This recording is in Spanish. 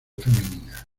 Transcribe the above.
femenina